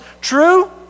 true